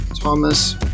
Thomas